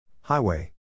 Highway